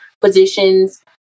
positions